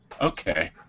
okay